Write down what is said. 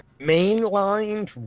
mainlined